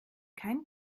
kein